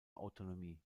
autonomie